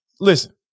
Listen